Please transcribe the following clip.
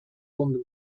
london